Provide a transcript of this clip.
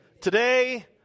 today